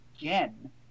again